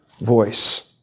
voice